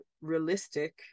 realistic